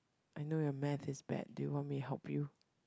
I know your math is bad do you want me to help you